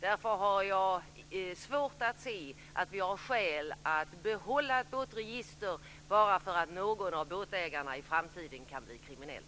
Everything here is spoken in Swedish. Därför har jag svårt att se att det finns skäl att behålla ett båtregister bara för att någon av båtägarna i framtiden kan bli kriminell.